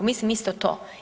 Mislim isto to.